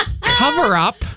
cover-up